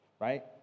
right